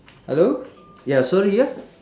hello ya sorry ya